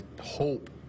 hope